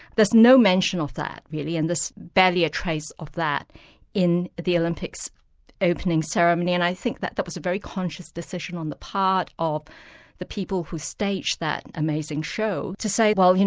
there's no mention of that really and there's barely a trace of that in the olympics opening ceremony, and i think that that was a very conscious decision on the part of the people who staged that amazing show, to say well, you know,